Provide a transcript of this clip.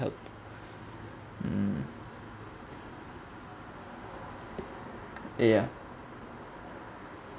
help um ya